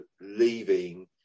leaving